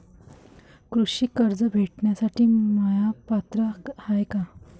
कृषी कर्ज भेटासाठी म्या पात्र हाय का?